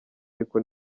ariko